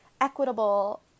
equitable